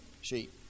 sheet